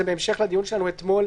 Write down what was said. זה בהמשך לדיון הפנימי שלנו אתמול